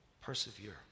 persevere